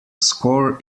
score